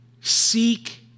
seek